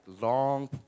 long